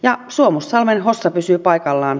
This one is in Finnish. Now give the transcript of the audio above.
ja suomussalmen hossa pysyy paikallaan